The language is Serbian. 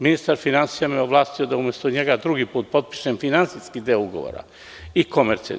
Ministar finansija me je ovlastio da umesto njega drugi put potpišem finansijski deo ugovora i komercijalni.